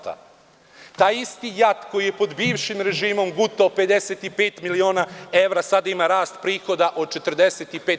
Taj isti JAT, koji je pod bivšim režimom gutao 55 miliona evra, sada ima rast prihoda od 45%